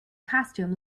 costume